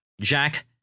Jack